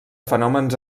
fenòmens